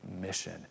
mission